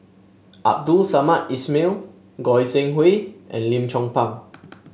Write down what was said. Abdul Samad Ismail Goi Seng Hui and Lim Chong Pang